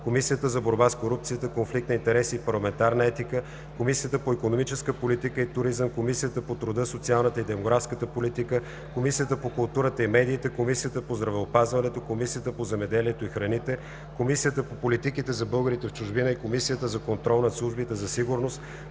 Комисията за борба с корупцията, конфликт на интереси и парламентарна етика, Комисията по икономическа политика и туризъм, Комисията по труда, социалната и демографската политика, Комисията по културата и медиите, Комисията по здравеопазването, Комисията по земеделието и храните, Комисията по политиките за българите в чужбина и Комисията за контрол над службите за сигурност,